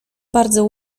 bardzo